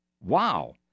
Wow